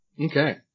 Okay